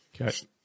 Okay